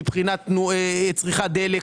מבחינת צריכת דלק.